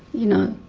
you know,